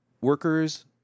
workers